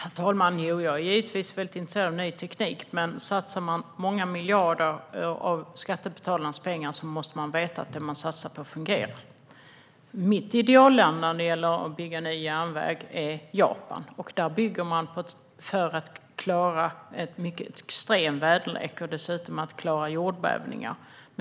Herr talman! Jag är givetvis intresserad av ny teknik, men satsar man många miljarder av skattebetalarnas pengar måste man veta att det man satsar på fungerar. Mitt idealland vad gäller att bygga ny järnväg är Japan. Där bygger man för att klara extrem väderlek och jordbävningar.